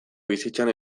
bizitzan